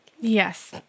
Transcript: Yes